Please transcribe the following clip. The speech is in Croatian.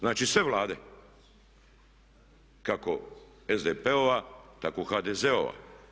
Znači sve Vlade kako SDP-ova, tako HDZ-ova.